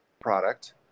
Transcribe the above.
product